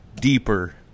Deeper